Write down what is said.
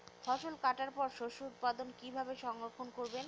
ফসল কাটার পর শস্য উৎপাদন কিভাবে সংরক্ষণ করবেন?